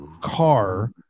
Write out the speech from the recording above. car